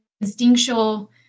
instinctual